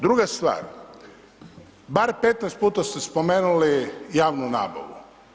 Druga stvar, bar 15 puta ste spomenuli javnu nabavu.